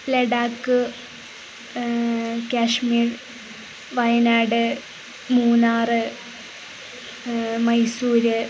Ladakh Kashmir Wayanad Munnar Mysore